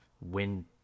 win